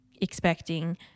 expecting